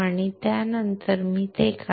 त्यानंतर मी ते काढेन